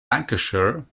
lancashire